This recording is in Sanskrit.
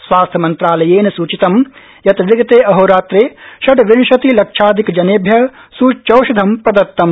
स्वास्थ्यमन्त्रालयेन सूचितं यत् विगते अहोरात्रे षड्विंशतिलक्षाधिक जनेभ्य सृच्यौषधं प्रदत्तम